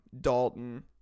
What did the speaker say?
Dalton